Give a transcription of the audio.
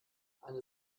eine